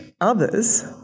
others